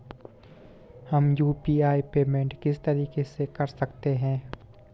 हम UPI payment किस तरीके से कर सकते हैं?